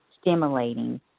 stimulating